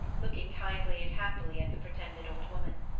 looking kindly and happily at the pretended old woman.